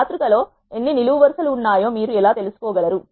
మాతృక లో ఎన్ని నిలువు వరు సలు ఉన్నాయో మీరు ఎలా తెలుసుకో గలరు